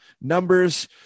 numbers